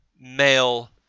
Male